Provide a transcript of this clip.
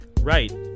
Right